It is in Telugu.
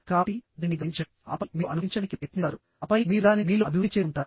కాబట్టి దానిని గమనించండి ఆపై మీరు అనుకరించడానికి ప్రయత్నిస్తారు ఆపై మీరు దానిని మీలో అభివృద్ధి చేసుకుంటారు